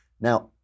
Now